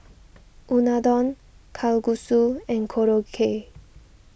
Unadon Kalguksu and Korokke